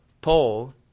Paul